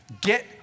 Get